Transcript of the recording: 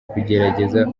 kugerageza